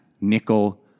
nickel